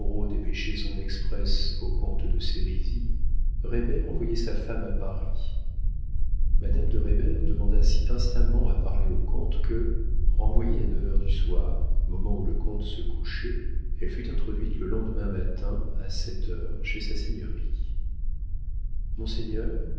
dépêchait son exprès au comte de sérisy reybert envoyait sa femme à paris madame de reybert demanda si instamment à parler au comte que renvoyée à neuf heures du soir moment où le comte se couchait elle fut introduite le lendemain matin à sept heures chez sa seigneurie monseigneur